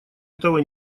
этого